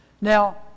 Now